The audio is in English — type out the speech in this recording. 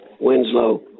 Winslow